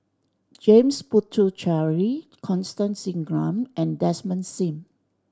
James Puthucheary Constance Singam and Desmond Sim